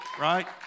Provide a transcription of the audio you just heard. right